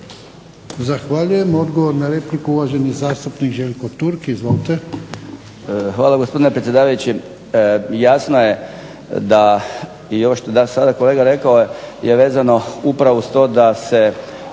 Zahvaljujem. Odgovor na repliku uvaženi zastupnik Željko Turk. Izvolite. **Turk, Željko (HDZ)** Hvala gospodine predsjedavajući, jasno je da ovo što je kolega rekao vezano upravo uz to da se